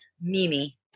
Mimi